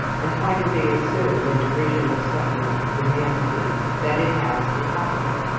and why do they assume, in derision of suffering humanity, that it has declined?